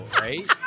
right